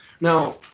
Now